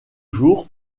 jours